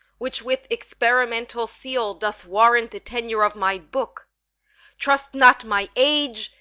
which with experimental seal doth warrant the tenure of my book trust not my age,